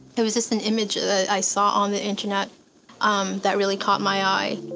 it was just an image that i saw on the internet um that really caught my eye,